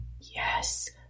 yes